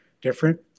different